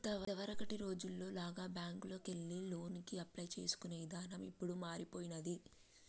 ఇదివరకటి రోజుల్లో లాగా బ్యేంకుకెళ్లి లోనుకి అప్లై చేసుకునే ఇదానం ఇప్పుడు మారిపొయ్యినాది